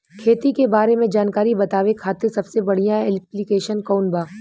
खेती के बारे में जानकारी बतावे खातिर सबसे बढ़िया ऐप्लिकेशन कौन बा?